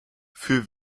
für